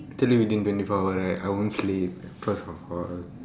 I tell you within twenty four hour right I won't sleep first of all